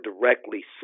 directly